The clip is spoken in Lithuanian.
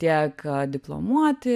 tiek a diplomuoti